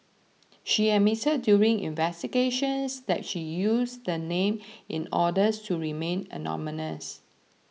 she admitted during investigations that she used the name in order to remain anonymous